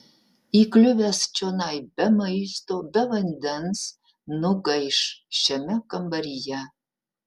įkliuvęs čionai be maisto be vandens nugaiš šiame kambaryje